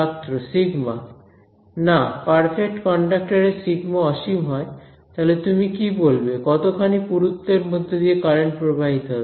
ছাত্র সিগমা σ না perfect conductor এ সিগমা σ অসীম হয় তাহলে তুমি কি বলবে কতখানি পুরুত্বের মধ্যে দিয়ে কারেন্ট প্রবাহিত হবে